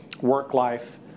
work-life